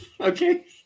Okay